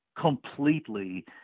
completely